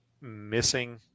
missing